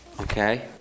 Okay